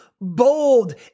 bold